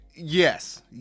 yes